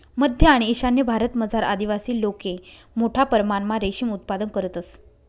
मध्य आणि ईशान्य भारतमझार आदिवासी लोके मोठा परमणमा रेशीम उत्पादन करतंस